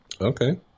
Okay